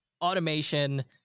automation